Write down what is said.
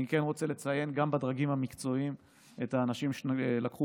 אני כן רוצה לציין גם בדרגים המקצועיים את האנשים שלקחו